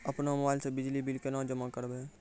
अपनो मोबाइल से बिजली बिल केना जमा करभै?